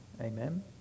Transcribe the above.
Amen